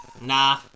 Nah